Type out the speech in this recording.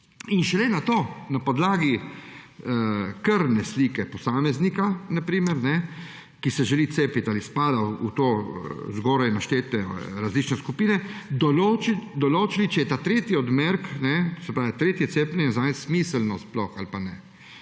in šele nato na podlagi krvne slike posameznika, ki se želi cepiti ali ali spada v zgoraj naštete različne skupine, določili, če je ta tretji odmerek, se pravi tretje cepljenje, zanj smiseln sploh ali pa ne?